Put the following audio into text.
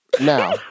Now